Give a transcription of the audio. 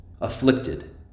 afflicted